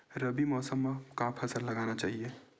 रबी मौसम म का फसल लगाना चहिए?